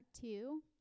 two